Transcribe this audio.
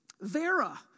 Vera